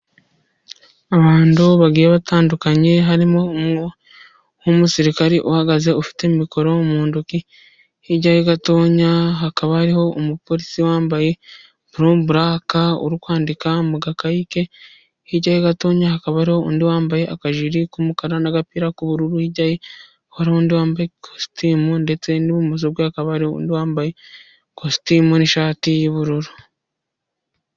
Abantu bagiye batandukanye harimo nk'umusirikare uhagaze ufite mikoro mu ntoki, hirya ye gatoya hakaba hariho umupolisi wambaye probraka uri kwandika mu gakayi ke, hirya ye gato hakaba hari undi wambaye akajiri k'umukara n'agapira k'ubururu, hirya hari undi wambaye ikositimu ndetse n'ibumoso hakaba hari undi wambaye ikositimu n'ishati y'ubururu.